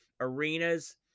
arenas